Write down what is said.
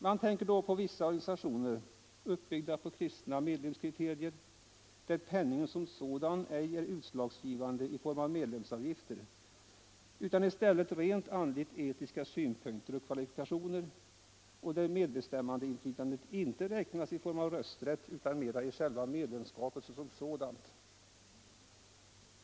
Jag tänker då på bl.a. vissa organisationer som är uppbyggda på kristna medlemskriterier, där penningen som sådan i form av medlemsavgifter inte är utslagsgivande utan i stället rent andligt etiska synpunkter och kvalifikationer och där medlemsinflytandet inte räknas i form av rösträtt utan mera i medlemskapet som sådant.